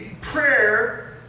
Prayer